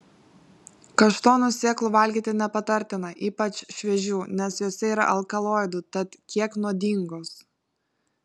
kaštonų sėklų valgyti nepatartina ypač šviežių nes jose yra alkaloidų tad kiek nuodingos